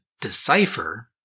decipher